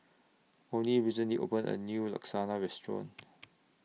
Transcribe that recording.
Onie recently opened A New Lasagna Restaurant